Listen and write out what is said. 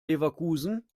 leverkusen